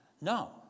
No